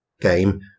game